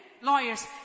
lawyers